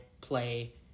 play